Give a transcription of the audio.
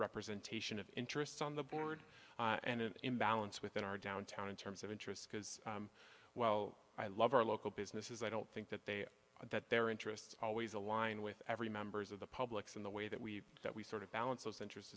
representation of interest on the board and an imbalance within our downtown in terms of interests because well i love our local businesses i don't think that they that their interests always align with every members of the publics in the way that we that we sort of balance those interest